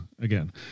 again